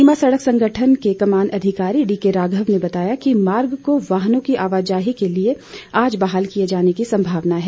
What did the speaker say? सीमा सड़क संगठन के कमान अधिकारी डीकेराघव ने बताया कि मार्ग को वाहनों की आवाजाही के लिए आज बहाल किए जाने की संभावना है